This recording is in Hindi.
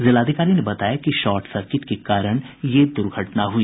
जिलाधिकारी ने बताया कि शॉट सर्किट के कारण यह दुर्घटना हुई